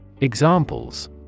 Examples